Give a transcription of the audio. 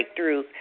breakthroughs